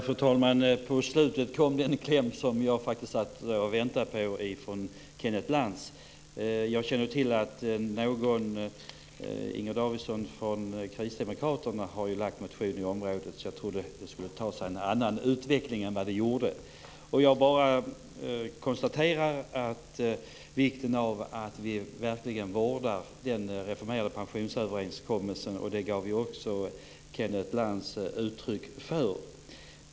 Fru talman! På slutet kom det en kläm som jag satt och väntade på från Kenneth Lantz. Jag känner till att Inger Davidson från Kristdemokraterna har väckt en motion på området, så jag trodde att det skulle bli en annan utveckling än vad det blev. Jag konstaterar bara vikten av att vi verkligen vårdar den reformerade pensionsöverenskommelsen. Det gav också Kenneth Lantz uttryck för.